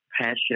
passion